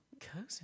cousin